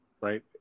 right